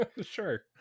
Sure